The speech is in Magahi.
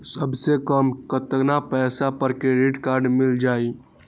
सबसे कम कतना पैसा पर क्रेडिट काड मिल जाई?